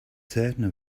certain